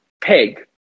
peg